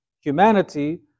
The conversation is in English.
humanity